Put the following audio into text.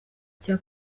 cya